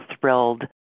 thrilled